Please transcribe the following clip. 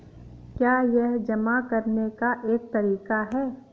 क्या यह जमा करने का एक तरीका है?